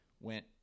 went